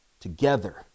together